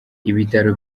ibitaro